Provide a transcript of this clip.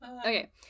Okay